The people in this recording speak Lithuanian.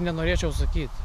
nenorėčiau sakyt